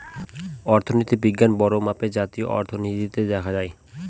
অর্থনীতি বিজ্ঞান বড়ো মাপে জাতীয় অর্থনীতিতে দেখা হয়